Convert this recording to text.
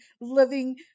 living